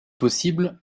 possible